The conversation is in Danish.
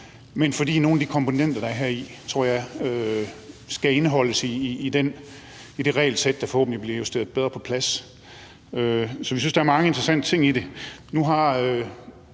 men fordi nogle af de komponenter, der er heri, tror jeg, skal indeholdes i det regelsæt, der forhåbentlig bliver justeret bedre på plads. Så vi synes, der er mange interessante ting i det.